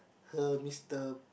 her Mister